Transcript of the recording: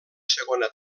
segona